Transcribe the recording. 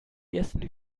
ersten